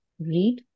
read